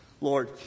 Lord